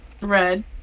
Red